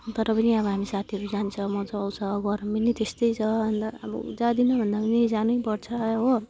तर पनि अब हामी साथीहरू जान्छौँ मजा आउँछ गर्मी नै त्यस्तै छ अनि त अब जाँदिन भन्दा पनि जानैपर्छ हो